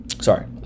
Sorry